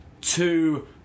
two